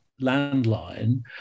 landline